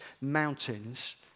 mountains